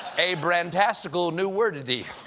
a brand-tastical new word-ity!